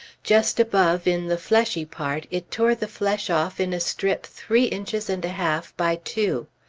just above, in the fleshy part, it tore the flesh off in a strip three inches and a half by two.